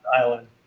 island